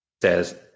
says